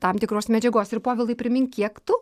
tam tikros medžiagos ir povilai primink kiek tu